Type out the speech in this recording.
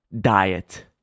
Diet